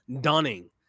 Dunning